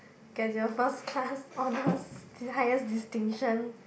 get your first class honours d~ highest distinction